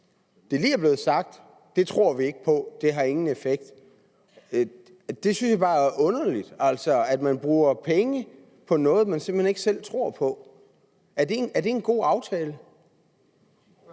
man lige har sagt man ikke tror på, fordi det ingen effekt har? Jeg synes bare, det er underligt, at man bruger penge på noget, man simpelt hen ikke selv tror på. Er det en god aftale?